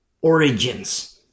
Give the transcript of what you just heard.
origins